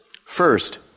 First